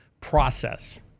process